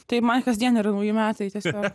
tai man kasdien yra nauji metai tiesiog